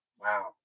Wow